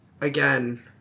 Again